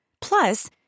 Plus